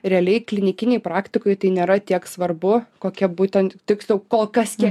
realiai klinikinėj praktikoj tai nėra tiek svarbu kokie būtent tiksliau kol kiek